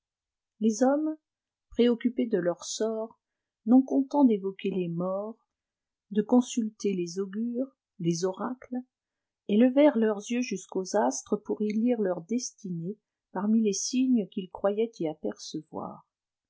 les hommes préoccupés de leur sort non contents d'évoquer les morts de consulter les augures les oracles élevèrent leurs yeux jusqu'aux astres pour y lire leurs destinées parmi les signes qu'ils croyaient y apercevoir